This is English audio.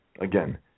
again